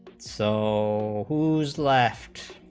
so who's left